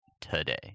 today